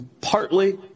partly